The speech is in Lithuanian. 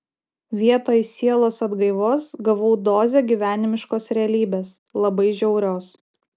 vietoj sielos atgaivos gavau dozę gyvenimiškos realybės labai žiaurios